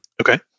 okay